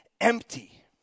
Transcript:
empty